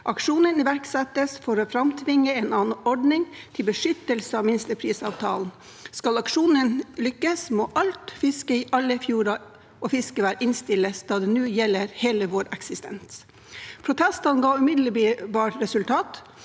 Aksjonen iverksettes for å framtvinge en annen ordning til beskyttelse av minsteprisavtalen. Skal aksjonen lykkes, må alt fiske i alle fjorder og fiskevær innstilles, da det nå gjelder hele vår eksistens. Protestene ga umiddelbart resultat,